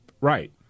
Right